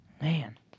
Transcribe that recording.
Man